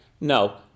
No